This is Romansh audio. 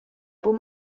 buca